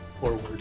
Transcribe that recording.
forward